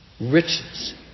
Riches